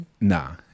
nah